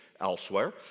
elsewhere